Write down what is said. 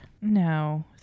no